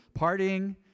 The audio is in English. partying